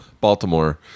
Baltimore